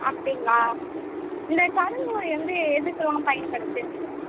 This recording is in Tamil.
அப்படிங்களா இந்த கருங்கோழி வந்து எதுக்கெலாம் பயன்படுது தெரிஞ்சுக்கலாமா